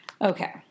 Okay